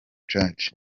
church